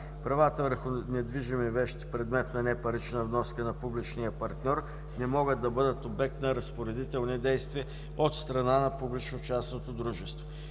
„Правата върху недвижими вещи – предмет на непарична вноска на публичния партньор, не могат да бъдат обект на разпоредителни действия от страна на публично-частното дружество.“